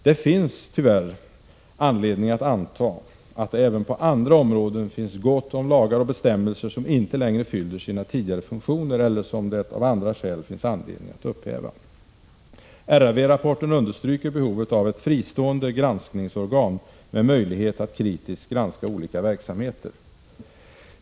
Det finns tyvärr anledning att anta att det även på andra områden finns gott om lagar och bestämmelser som inte längre fyller sina tidigare funktioner eller som det av andra skäl finns anledning att upphäva. RRV-rapporten understryker behovet av ett fristående granskningsorgan med möjlighet att kritiskt granska olika verksamheter.